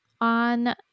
On